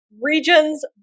region's